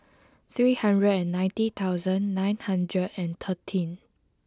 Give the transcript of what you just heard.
three hundred and ninety thousand nine hundred and thirteen